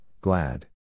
glad